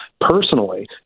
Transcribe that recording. personally